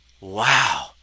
wow